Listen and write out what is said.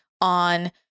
on